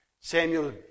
Samuel